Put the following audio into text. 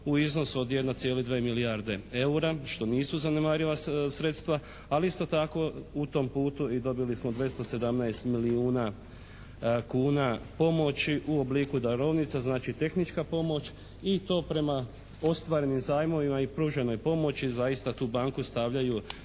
u iznosu od 1,2 milijarde eura što nisu zanemariva sredstva. A isto tako u tom putu i dobili smo 217 milijuna kuna pomoći u obliku darovnica znači tehnička pomoć i to prema ostvarenim zajmovima i pruženoj pomoći. Zaista tu banku stavljaju